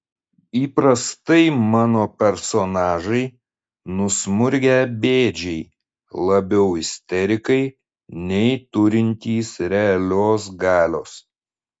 įprastai mano personažai nusmurgę bėdžiai labiau isterikai nei turintys realios galios